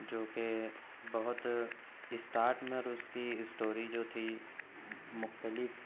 جو کہ بہت اسٹارٹ میں اور اس کی اسٹوری جو تھی مختلف